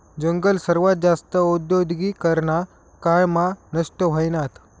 जंगल सर्वात जास्त औद्योगीकरना काळ मा नष्ट व्हयनात